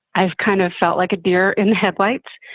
i've kind of felt like a deer in headlights.